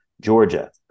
Georgia